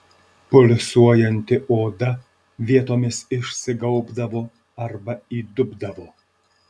pulsuojanti oda vietomis išsigaubdavo arba įdubdavo